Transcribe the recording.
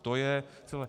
To je celé.